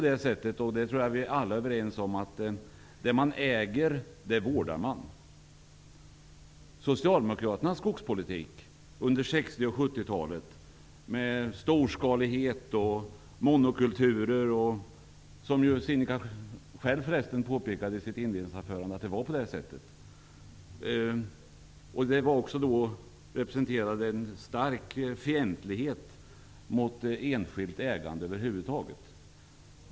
Jag tror att vi alla är överens om att man vårdar det man äger. talet främjade storskalighet och monokulturer. Sinikka Bohlin påpekade ju själv i sitt inledningsanförande att det var på det sättet. Den representerade en stark fientlighet mot enskilt ägande över huvud taget.